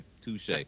touche